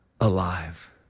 alive